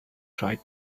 tried